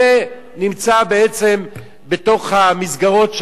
נמצא בעצם בתוך המסגרות,